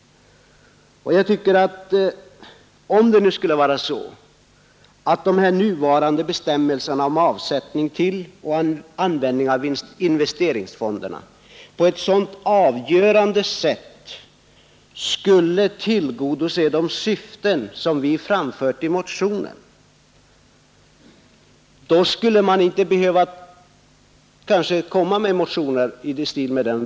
Han tycker tydligen att de nuvarande bestämmelserna om avsättning till och användning av investeringsfonderna på ett så avgörande sätt skulle tillgodose de krav som vi framfört i motionen, att motioner i stil med den vi har väckt inte skulle behövas.